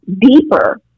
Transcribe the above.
deeper